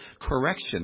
correction